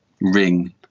ring